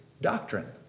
doctrine